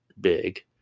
big